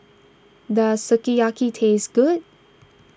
does Sukiyaki taste good